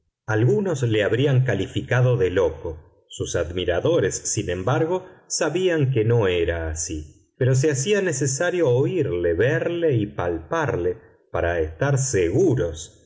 algunos le habrían calificado de loco sus admiradores sin embargo sabían que no era así pero se hacía necesario oírle verle y palparle para estar seguros